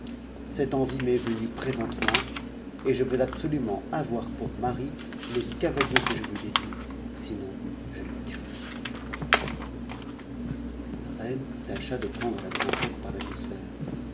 cette e'c m'est venue présentement et je veux absolument avoir pour mari le c lier que je vous ai dit sinon je me tuerai la reine tâcha de prendre la princesse par la douceur